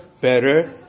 better